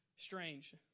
Strange